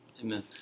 Amen